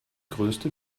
größte